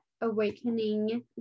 awakening